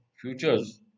futures